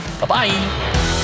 Bye-bye